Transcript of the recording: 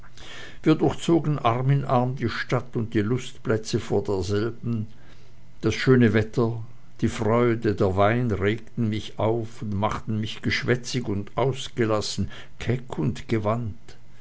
wir durchzogen arm in arm die stadt und die lustplätze vor derselben das schöne wetter die freude der wein regten mich auf und machten mich geschwätzig und ausgelassen keck und gewandt